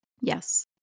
Yes